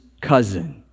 cousin